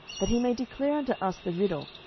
that he may declare unto us the riddle,